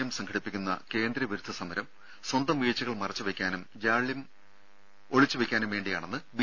M സംഘടിപ്പിക്കുന്ന കേന്ദ്ര വിരുദ്ധ സമരം സ്വന്തം വീഴ്ചകൾ മറച്ചുവെക്കാനും ജാള്യം മറച്ചുവെക്കാനും വേണ്ടിയാണെന്ന് ബി